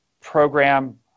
program